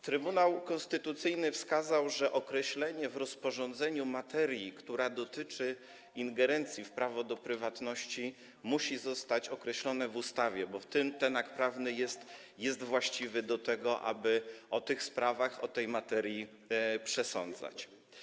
Trybunał Konstytucyjny wskazał, że określenie w rozporządzeniu materii, która dotyczy ingerencji w prawo do prywatności, musi zostać określone w ustawie, bo ten akt prawny jest właściwy do tego, aby o tych sprawach, o tej materii przesądzać.